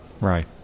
Right